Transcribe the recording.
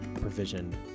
provisioned